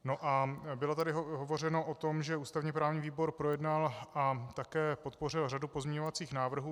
A bylo tady hovořeno o tom, že ústavněprávní výbor projednal a také podpořil řadu pozměňovacích návrhů.